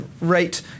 rate